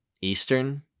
eastern